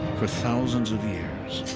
for thousands of years,